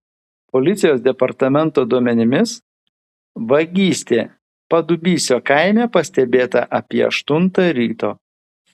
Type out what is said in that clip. policijos departamento duomenimis vagystė padubysio kaime pastebėta apie aštuntą ryto